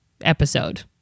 episode